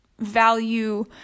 value